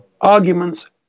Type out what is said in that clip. arguments